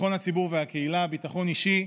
ביטחון הציבור והקהילה, ביטחון אישי,